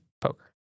poker